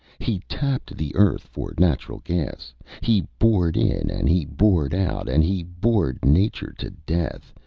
he tapped the earth for natural gas he bored in and he bored out, and he bored nature to death,